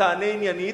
תענה עניינית,